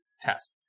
test